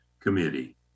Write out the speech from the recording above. committee